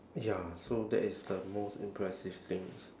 ya so that is the most impressive things